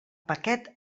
paquet